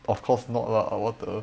of course not lah what the